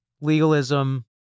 legalism